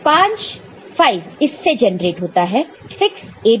5 इससे जनरेट होता है